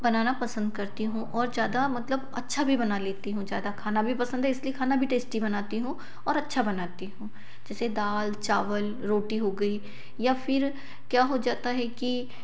बनाना पसंद करती हूँ और ज़्यादा मतलब अच्छा भी बना लेती हूँ ज़्यादा खाना भी पसंद है इसलिए खाना भी टेस्टी बनाती हूँ और अच्छा बनाती हूँ जैसे दाल चावल रोटी हो गई या फिर क्या हो जाता है कि